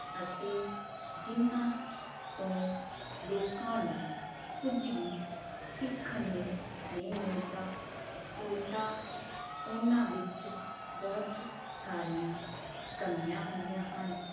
ਅਤੇ ਜਿਹਨਾਂ ਤੋਂ ਲੋਕਾਂ ਨੂੰ ਕੁਝ ਵੀ ਸਿੱਖਣ ਨੂੰ ਨਹੀਂ ਮਿਲਦਾ ਉਲਟਾ ਉਹਨਾਂ ਵਿੱਚ ਬਹੁਤ ਸਾਰੀਆਂ ਕਮੀਆਂ ਹੁੰਦੀਆਂ ਹਨ